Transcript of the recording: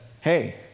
hey